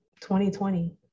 2020